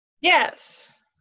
Yes